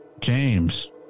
James